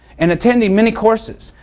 and attending many courses.